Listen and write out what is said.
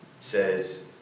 says